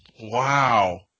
Wow